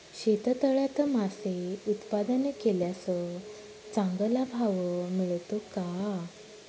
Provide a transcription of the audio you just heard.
शेततळ्यात मासे उत्पादन केल्यास चांगला भाव मिळतो का?